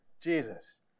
Jesus